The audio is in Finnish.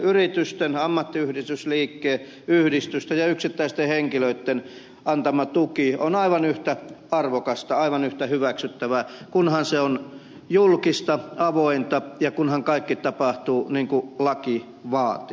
yritysten ammattiyhdistysliikkeen yhdistysten ja yksittäisten henkilöitten antama tuki on aivan yhtä arvokasta aivan yhtä hyväksyttävää kunhan se on julkista avointa ja kunhan kaikki tapahtuu niin kuin laki vaatii